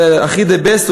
זה הכי, the best.